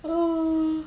hello